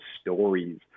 stories